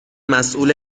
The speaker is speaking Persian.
مسئول